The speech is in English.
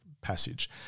passage